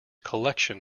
collection